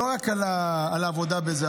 לא רק על העבודה על זה,